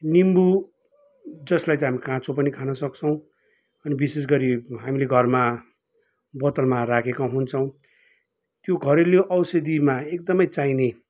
निम्बु जसलाई चाहिँ हामी काँचो पनि खानसक्छौँ अनि विशेष गरी हामीले घरमा बोतलमा राखेका हुन्छौँ त्यो घरेलु औषधीमा एकदमै चाहिने